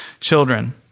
children